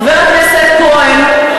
חבר הכנסת כהן,